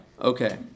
Okay